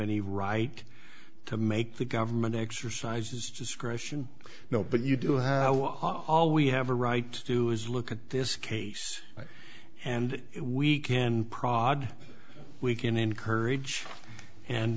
any right to make the government exercise just christian no but you do have all we have a right to do is look at this case and we can prod we can encourage and